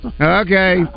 Okay